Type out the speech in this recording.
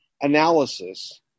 analysis